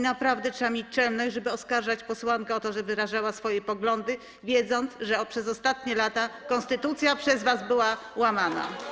Naprawdę trzeba mieć czelność, żeby oskarżać posłankę o to, że wyrażała swoje poglądy, wiedząc, że przez ostatnie lata konstytucja przez was była łamana.